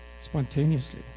Spontaneously